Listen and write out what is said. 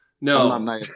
No